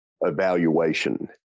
evaluation